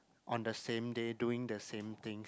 on the same day doing the same things